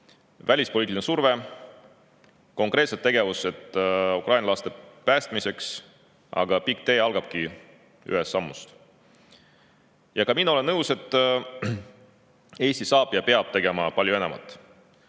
välispoliitiline surve ja konkreetsed tegevused ukrainlaste päästmiseks. Aga pikk tee algabki ühest sammust. Ka mina olen nõus, et Eesti saab ja peab tegema palju enamat.